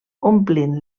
omplint